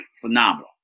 Phenomenal